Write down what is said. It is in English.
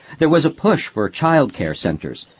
there was a push for child care centres,